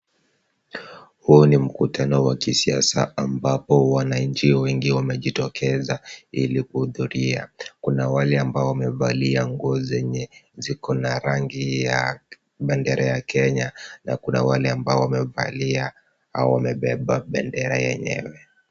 Huo ni mkutano wa kisiasa ambapo wananchi wengi wamejitokeza ili kuhudhuria. Kuna wale ambao wamevalia nguo zenye ziko na rangi ya bendera ya Kenya na kuna wale ambao wamevalia au wamebeba bendera yenyewe.